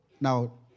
now